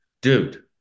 Dude